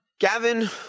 Gavin